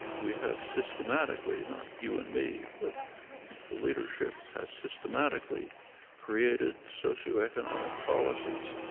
we have systematically not you and me, but the leadership has systematically created socioeconomic policies,